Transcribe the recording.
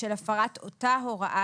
בשל הפרת אותה הוראה,